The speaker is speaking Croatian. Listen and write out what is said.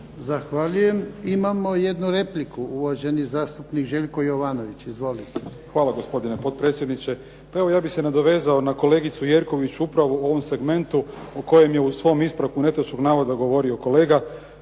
Zahvaljujem. Imamo jednu repliku, uvaženi zastupnik Željko JOvanović, izvolite.